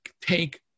take